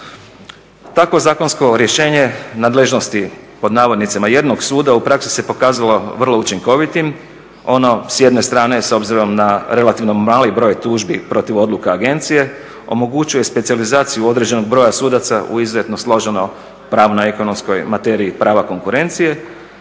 Takvo zakonsko rješenje nadležnosti pod navodnicima "jednog suda" u praksi se pokazala vrlo učinkovitim. Ono s jedne strane s obzirom na relativno mali broj tužbi protiv odluka agencije omogućuje specijalizaciju određenog broja sudaca u izuzetno složeno pravno ekonomskoj materiji prava konkurencije.